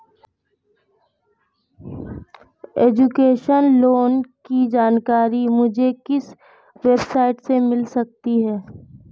Education loan की जानकारी मुझे किस वेबसाइट से मिल सकती है?